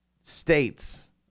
States